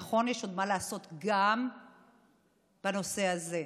נכון, יש עוד מה לעשות גם בנושא הזה,